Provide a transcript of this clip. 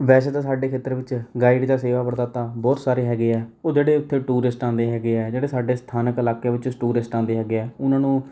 ਵੈਸੇ ਤਾਂ ਸਾਡੇ ਖੇਤਰ ਵਿੱਚ ਗਾਈਡ ਜਾਂ ਸੇਵਾ ਪ੍ਰਦਾਤਾ ਬਹੁਤ ਸਾਰੇ ਹੈਗੇ ਹੈ ਉਹ ਜਿਹੜੇ ਉੱਥੇ ਟੂਰੇਸਟ ਆਉਂਦੇ ਹੈਗੇ ਹੈ ਜਿਹੜੇ ਸਾਡੇ ਸਥਾਨਕ ਇਲਾਕੇ ਵਿੱਚੋਂ ਟੂਰੇਸਟ ਆਉਂਦੇ ਹੈਗੇ ਹੈ ਉਹਨਾਂ ਨੂੰ